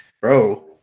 Bro